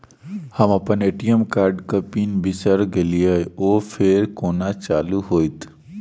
हम अप्पन ए.टी.एम कार्डक पिन बिसैर गेलियै ओ फेर कोना चालु होइत?